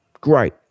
great